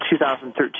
2013